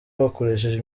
bakoresheje